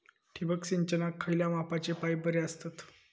ठिबक सिंचनाक खयल्या मापाचे पाईप बरे असतत?